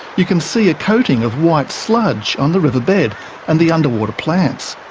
you can see a coating of white sludge on the river bed and the underwater plants.